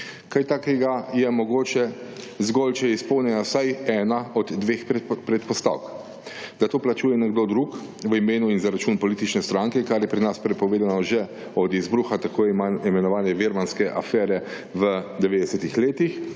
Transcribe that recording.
Kaj takega je mogoče zgolj, če je izpolnjena vsaj ena od dveh predpostavk, da to plačuje nekdo drug v imenu in za račun politične stranke, kar je pri nas prepovedano že od izbruha tako imenovane virmanske afere v 90. letih,